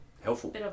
Helpful